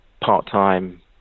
part-time